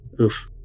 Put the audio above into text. Oof